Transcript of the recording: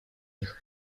них